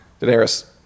Daenerys